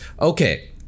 Okay